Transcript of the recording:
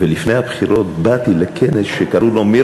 ולפני הבחירות באתי לכנס שקראו לו "מי